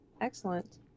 Excellent